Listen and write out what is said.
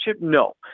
No